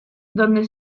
donde